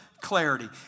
clarity